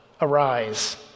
arise